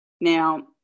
now